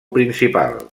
principal